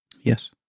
Yes